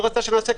לא רצתה שנעשה,